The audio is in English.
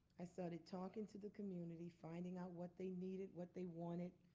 i started talking to the community, finding out what they needed, what they wanted.